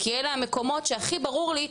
כי אלו המקומות שהכי ברור לי,